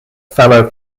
fellow